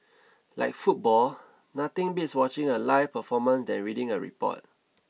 like football nothing beats watching a live performance than reading a report